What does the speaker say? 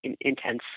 intense